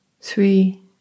three